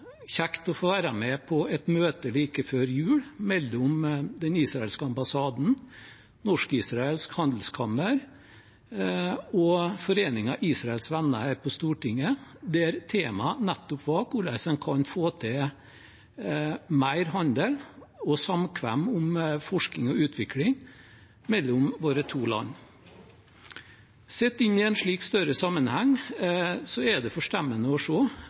kjekt å få være med på et møte like før jul mellom den israelske ambassaden, Norsk-Israelsk Handelskammer og foreningen Israels Venner her på Stortinget, der temaet nettopp var hvordan en kan få til mer handel og samkvem om forskning og utvikling mellom våre to land. Satt inn i en slik større sammenheng er det forstemmende å